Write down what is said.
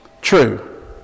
true